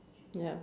ya